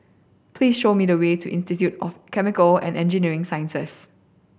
please show me the way to Institute of Chemical and Engineering Sciences